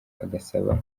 agasaba